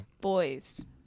boys